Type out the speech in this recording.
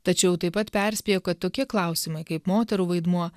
tačiau taip pat perspėjo kad tokie klausimai kaip moterų vaidmuo